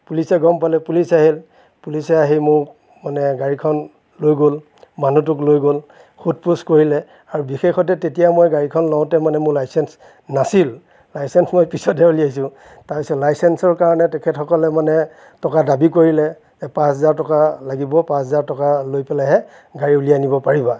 পুলিচে গম পালে পুলিচ আহিল পুলিচে আহি মোক মানে গাড়ীখন লৈ গ'ল মানুহটোক লৈ গ'ল সোধ পোছ কৰিলে আৰু বিশেষতে তেতিয়া মই গাড়ীখন লওঁতে মানে মোৰ লাইচেন্স নাছিল লাইচেন্স মই পিছতহে উলিয়াইছোঁ তাৰপিছত লাইচেন্সৰ কাৰণে তেখেতসকলে মানে টকা দাবি কৰিলে পাঁচ হেজাৰ টকা লাগিব পাঁচ হেজাৰ টকা লৈ পেলাইহে গাড়ী উলিয়াই নিব পাৰিবা